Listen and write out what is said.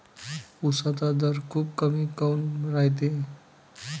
उसाचा दर खूप कमी काऊन रायते?